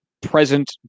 present